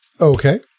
Okay